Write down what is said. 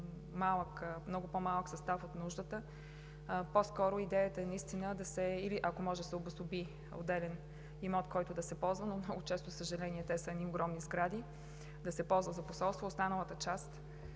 много по-малък състав от нуждата, по-скоро идеята е или, ако може, да се обособи отделен имот, който да се ползва, но много често те са огромни сгради, да се ползват за посолства. Останалата част